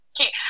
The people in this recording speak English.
Okay